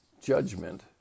judgment